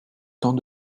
temps